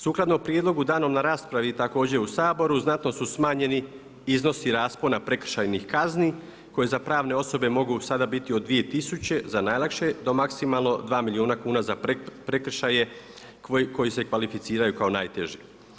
Sukladno prijedlogu danom na raspravi također u Saboru znatno su smanjeni iznosi raspona prekršajnih kazni koje za pravne osobe mogu sada biti od 2000 za najlakše do maksimalno 2 milijuna kuna za prekršaje koji se kvalificiraju kao najteži.